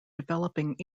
developing